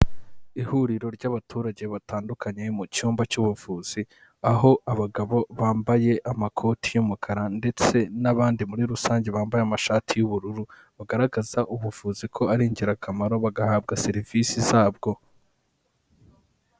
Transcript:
Ihuriro ry'abaturage batandukanye mu cyumba cy'ubuvuzi aho abagabo bambaye amakoti y' umukara ndetse n'abandi muri rusange bambaye amashati y'ubururu bagaragaza ubuvuzi ko ari ingirakamaro bagahabwa serivisi zabwo.